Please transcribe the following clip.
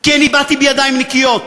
כי אני באתי בידיים נקיות,